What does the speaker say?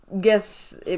guess